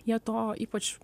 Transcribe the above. jie to ypač